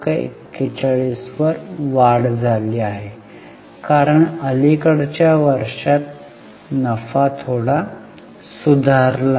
41 वर वाढ झाली आहे कारण अलिकडच्या वर्षांत नफा थोडा सुधारला आहे